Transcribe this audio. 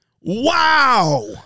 Wow